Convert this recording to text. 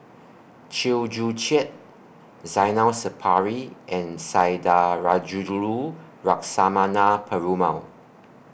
Chew Joo Chiat Zainal Sapari and Sundarajulu Lakshmana Perumal